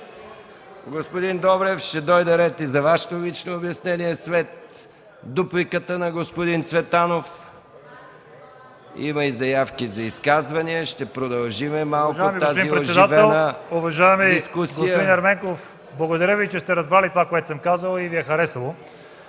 Господин Добрев, ще дойде ред и за Вашето лично обяснение, след дупликата на господин Цветанов. Има и заявки за изказвания, ще продължим малко тази оживена дискусия.